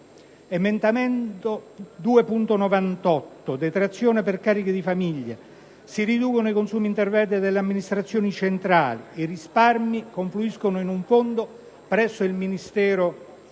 prevede una detrazione per carichi di famiglia. Si riducono i consumi intermedi delle amministrazioni centrali e i risparmi confluiscono in un fondo presso il Ministero